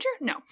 No